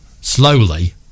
slowly